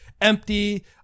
empty